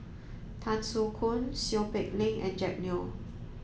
Tan Soo Khoon Seow Peck Leng and Jack Neo